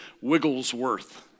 Wigglesworth